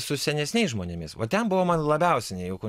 su senesniais žmonėmis va ten buvo man labiausiai nejauku